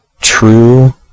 true